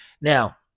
Now